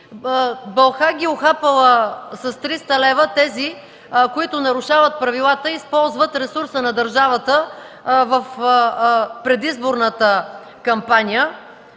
Бълха ги ухапала с 300 лв. тези, които нарушават правилата и използват ресурса на държавата в предизборната кампания,